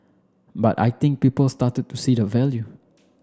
but I think people started to see the value